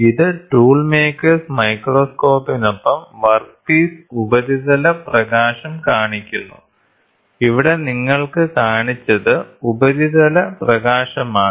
ഇത് tool makers മൈക്രോസ്കോപ്പിനൊപ്പം workpiece ഉപരിതല പ്രകാശം കാണിക്കുന്നു ഇവിടെ നിങ്ങൾക്ക് കാണിച്ചത് ഉപരിതല പ്രകാശമാണ്